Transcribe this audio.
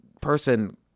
person